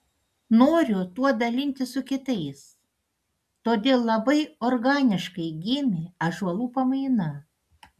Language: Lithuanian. noriu tuo dalintis su kitais todėl labai organiškai gimė ąžuolų pamaina